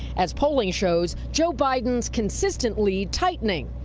as polling shows joe biden's consistent lead tightening.